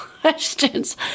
questions